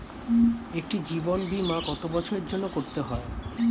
একটি জীবন বীমা কত বছরের জন্য করতে হয়?